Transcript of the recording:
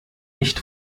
nicht